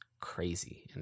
crazy